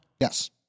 Yes